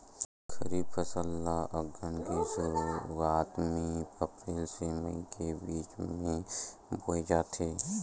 खरीफ फसल ला अघ्घन के शुरुआत में, अप्रेल से मई के बिच में बोए जाथे